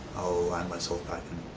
i'll land myself back in